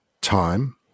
time